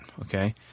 Okay